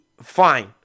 fine